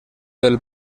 del